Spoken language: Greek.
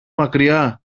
μακριά